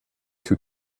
two